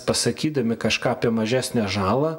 pasakydami kažką apie mažesnę žalą